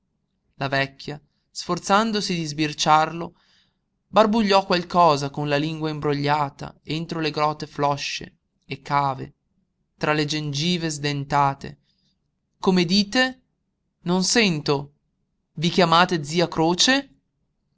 la vecchia sforzandosi di sbirciarlo barbugliò qualcosa con la lingua imbrogliata entro le gote flosce e cave tra le gengive sdentate come dite non sento i chiamate zia croce